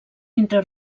entre